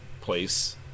place